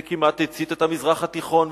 זה כמעט הצית את המזרח התיכון.